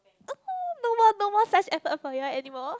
oh no more no more such effort for you all anymore